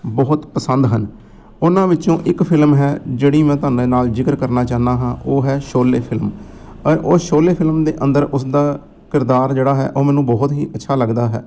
ਬਹੁਤ ਪਸੰਦ ਹਨ ਉਹਨਾਂ ਵਿੱਚੋਂ ਇੱਕ ਫਿਲਮ ਹੈ ਜਿਹੜੀ ਮੈਂ ਤੁਹਾਡੇ ਨਾਲ ਜ਼ਿਕਰ ਕਰਨਾ ਚਾਹੁੰਦਾ ਹਾਂ ਉਹ ਹੈ ਸ਼ੋਲੇ ਫਿਲਮ ਅਰ ਉਹ ਸ਼ੋਲੇ ਫਿਲਮ ਦੇ ਅੰਦਰ ਉਸਦਾ ਕਿਰਦਾਰ ਜਿਹੜਾ ਹੈ ਉਹ ਮੈਨੂੰ ਬਹੁਤ ਹੀ ਅੱਛਾ ਲੱਗਦਾ ਹੈ